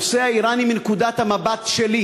הנושא האיראני מנקודת המבט שלי